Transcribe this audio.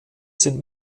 sind